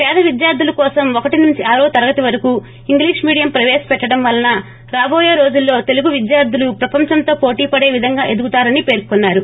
పేద విద్యార్గుల కోసం ఒకటి నుంచి ఆరో తరగతి వరకు ఇంగ్లీష్ మీడియం ప్రవేశపెట్టడం వలన రాటోయే రోజుల్లో తెలుగు విద్యార్లులు ప్రపంచంతో పోటీ పడే విధంగా ఎదుగుతారని పర్కొన్నారు